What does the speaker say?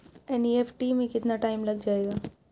NEFT में कितना time लग जाएगा?